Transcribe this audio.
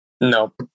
Nope